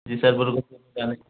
जी sir